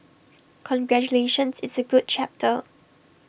congratulations it's A good chapter